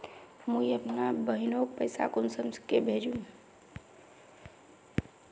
मुई अपना बहिनोक पैसा कुंसम के भेजुम?